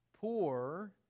poor